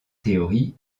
théorie